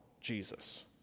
Jesus